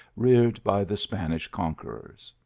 reared by the spanish conquerors.